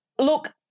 Look